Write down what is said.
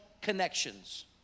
connections